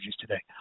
today